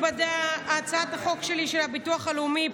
הצעת חוק הביטוח הלאומי (תיקון,